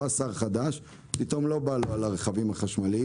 שר חדש בא, ופתאום לא בא לו על הרכבים החשמליים.